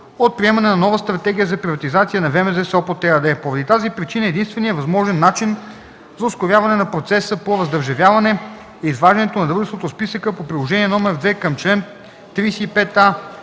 от приемането на нова стратегия за приватизация на ВМЗ ЕАД, Сопот. Поради тази причина единственият възможен начин за ускоряване на процеса по раздържавяване е изваждането на дружеството от списъка по Приложение № 2 към чл. 35а